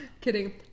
Kidding